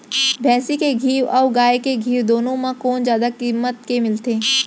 भैंसी के घीव अऊ गाय के घीव दूनो म कोन जादा किम्मत म मिलथे?